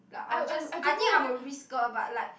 like I'll just I think I'm a risker but like